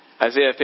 Isaiah